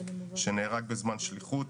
שנהרג בזמן שליחות.